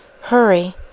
Hurry